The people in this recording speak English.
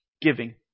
giving